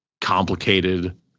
complicated